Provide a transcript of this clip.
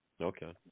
Okay